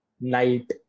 night